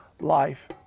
life